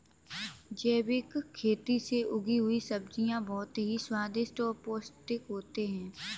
जैविक खेती से उगी हुई सब्जियां बहुत ही स्वादिष्ट और पौष्टिक होते हैं